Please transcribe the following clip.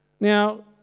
Now